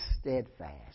steadfast